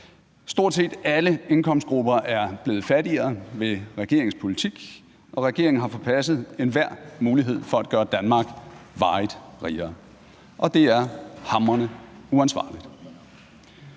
Stort set alle indkomstgrupper er blevet fattigere ved regeringens politik, og regeringen har forpasset enhver mulighed for at gøre Danmark varigt rigere. Og det er hamrende uansvarligt.